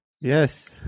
Yes